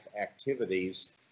activities